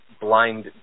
blind